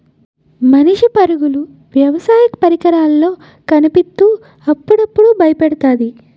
మనిషి పరుగులు వ్యవసాయ పరికరాల్లో కనిపిత్తు అప్పుడప్పుడు బయపెడతాది